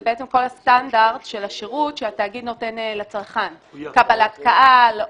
זה בעצם כל הסטנדרט של השרות שהתאגיד נותן לצרכן קבלת קהל,